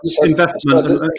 investment